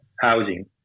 housing